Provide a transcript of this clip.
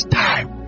time